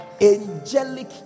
Angelic